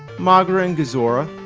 moguera and gezora.